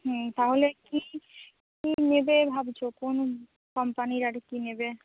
হুম তাহলে কী কী নেবে ভাবছ কোন কোম্পানির আর কি নেবে